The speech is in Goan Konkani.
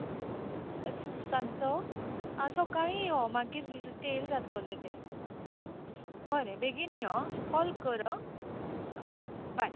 सांजचो सकाळी यो मागीर स्टॅल जातोलें तें बरें बेगीन यो आं कोल कर आं बाय बाय